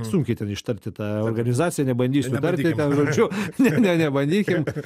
sunkiai ten ištarti tą organizaciją nebandysiu tarti ten žodžiu ne nebandykim